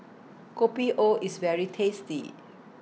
Kopi O IS very tasty